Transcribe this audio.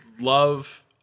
love